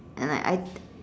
and like I